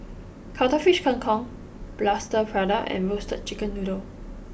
Cuttlefish Kang Kong Plaster Prata and Roasted Chicken Noodle